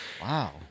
Wow